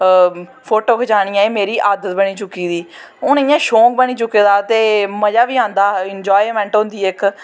photo खचानियां एह् मेरी आदत बनी चुकी दी हून इयां शौक बनी चुके दा ते मज़ा बी आंदा इंजाएमैंट होंदी इक